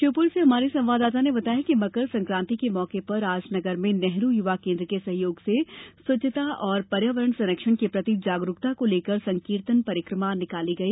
श्योपुर से हमारे संवाददाता ने बताया है कि मकर संक्रांति के मौके पर आज नगर में नेहरू युवा केन्द्र के सहयोग से स्वच्छता और पर्यावरण संरक्षण के प्रति जागरूकता को लेकर संकीर्तन परिक्रमा निकाली गई